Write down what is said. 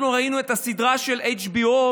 אנחנו ראינו את הסדרה של HBO,